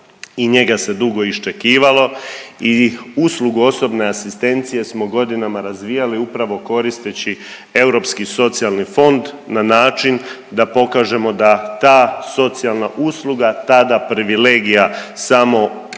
i njega se dugo iščekivalo i uslugu osobne asistencije smo godinama razvijali upravo koristeći Europski socijalni fonda na način da pokažemo da ta socijalna usluga tada privilegija samo